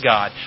God